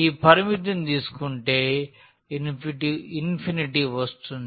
ఈ పరిమితిని తీసుకుంటే వస్తుంది